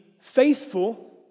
faithful